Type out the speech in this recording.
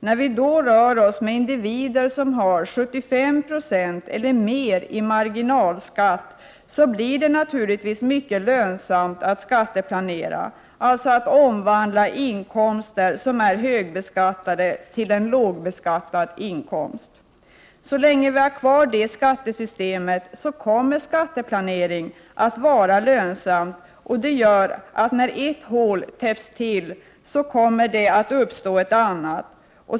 När det gäller individer som har 75 96 eller mer i marginalskatt, blir det naturligtvis mycket lönsamt att skatteplanera, dvs. att omvandla en inkomst som är högbeskattad till en lågbeskattad inkomst. Så länge vi har kvar vårt skattesystem kommer skatteplanering att vara lönsam, vilket medför att när ett hål täpps till, kommer ett annat att uppstå.